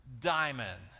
Diamond